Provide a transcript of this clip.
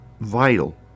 vital